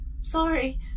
Sorry